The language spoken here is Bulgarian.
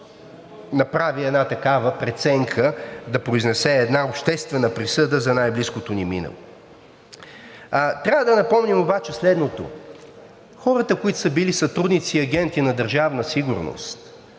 направи една такава преценка – да произнесе една обществена присъда за най-близкото ни минало. Трябва да напомним обаче следното: хората, които са били сътрудници и агенти на Държавна сигурност,